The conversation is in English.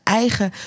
eigen